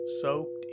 soaked